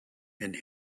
and